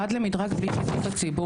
הורד למדרג בלי גילוי בציבור,